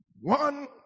one